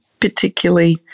particularly